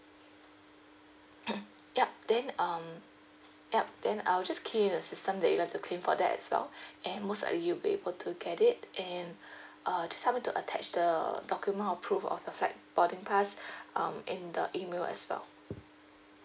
yup then um yup then I'll just key in the system that you like to claim for that as well and most likely you'll be able to get it and uh just help me to attach the document or proof of the flight boarding pass um in the email as well